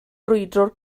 brwydro